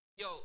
Yo